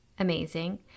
Amazing